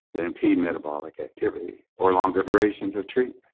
to impede metabolic activity, or longer durations of treatment.